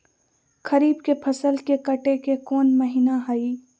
खरीफ के फसल के कटे के कोंन महिना हई?